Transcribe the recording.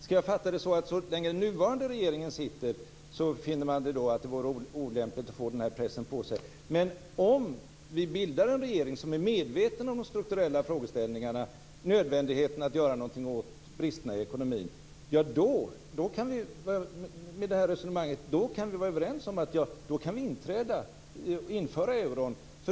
Skall jag fatta det så att så länge den nuvarande regeringen sitter finner man att det vore olämpligt att få den här pressen på sig? Om vi bildar en regering som är medveten om de strukturella frågeställningarna och nödvändigheten att göra någonting åt bristerna i ekonomin kan vi införa euron.